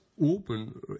open